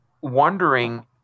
wondering